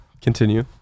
Continue